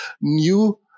new